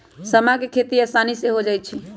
समा के खेती असानी से हो जाइ छइ